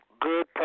Good